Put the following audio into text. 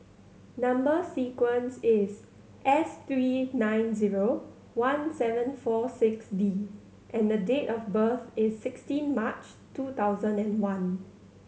number sequence is S three nine zero one seven four six D and date of birth is sixteen March two thousand and one